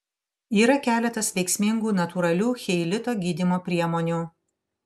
yra keletas veiksmingų natūralių cheilito gydymo priemonių